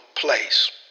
place